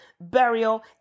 Burial